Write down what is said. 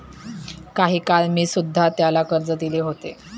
काही काळ मी सुध्धा त्याला कर्ज दिले होते